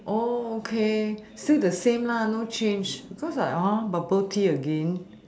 okay still the same lah no change because I like !huh! bubble tea again